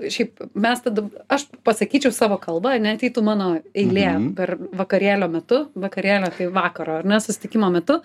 šiaip mes tada aš pasakyčiau savo kalbą ane ateitų mano eilė per vakarėlio metu vakarėlio tai vakaro ar ne susitikimo metu